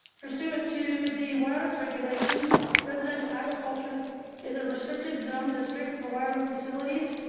pursuant to the wireless regulations. residential agriculture is a restricted zone district for wireless facilities,